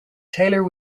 taylor